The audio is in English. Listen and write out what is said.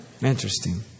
Interesting